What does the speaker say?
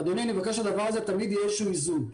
אדוני, אני מבקש שתמיד יהיה איזשהו איזון.